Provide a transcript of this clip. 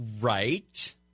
Right